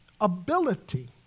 ability